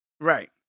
Right